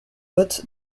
haute